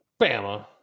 Bama